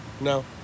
No